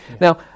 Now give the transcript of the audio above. Now